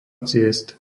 ciest